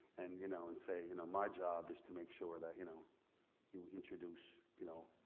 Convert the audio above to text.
and you know and say, you know my job is to make sure that you know you introduce you know